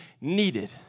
needed